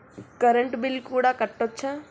Current bill కూడా కట్టొచ్చా?